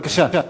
בבקשה.